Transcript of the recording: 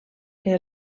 que